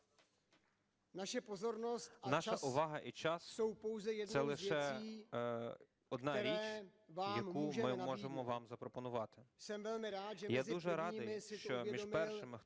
Наша увага і час – це лише одна річ, яку ми можемо вам запропонувати. Я дуже радий, що між першими,